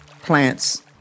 plants